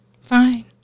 Fine